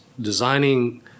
designing